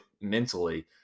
mentally